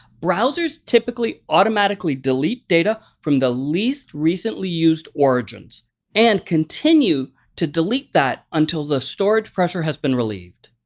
browsers typically automatically delete data from the least recently used origins and continue to delete that until the storage pressure has been relieved.